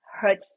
hurt